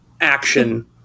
action